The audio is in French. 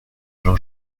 jean